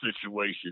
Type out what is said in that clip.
situation